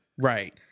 Right